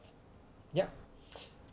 yup